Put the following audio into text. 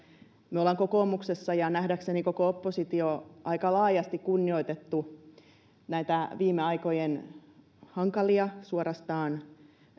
me olemme kokoomuksessa ja nähdäkseni koko oppositiossa aika laajasti kunnioittaneet näitä viime aikojen hankalia suorastaan